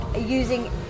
using